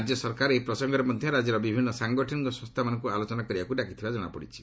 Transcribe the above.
ରାଜ୍ୟ ସରକାର ଏହି ପ୍ରସଙ୍ଗରେ ମଧ୍ୟ ରାଜ୍ୟର ବିଭିନ୍ନ ସାଂଗଠନିକ ସଂସ୍ଥାମାନଙ୍କୁ ଆଲୋଚନା କରିବାକୁ ଡାକିଥିବା ଜଣାପଡ଼ିଛି